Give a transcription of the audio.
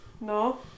No